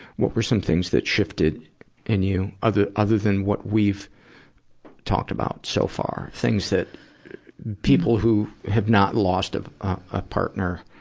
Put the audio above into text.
what were some things that shifted in you, other, other than what we've talked about so far? things that people who have not lost a, ah, partner,